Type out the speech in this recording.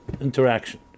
interaction